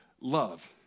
love